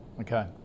Okay